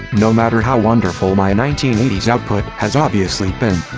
no matter how wonderful my nineteen eighty s output has obviously been.